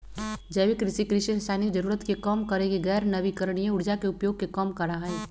जैविक कृषि, कृषि रासायनिक जरूरत के कम करके गैर नवीकरणीय ऊर्जा के उपयोग के कम करा हई